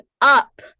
up